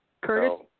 Curtis